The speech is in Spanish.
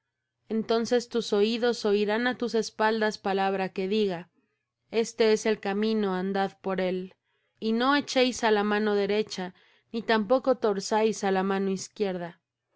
entonces tus oídos oirán á tus espaldas palabra que diga este es el camino andad por él y no echéis á la mano derecha ni tampoco torzáis á la mano izquierda